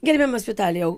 gerbiamas vitalijau